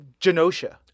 genosha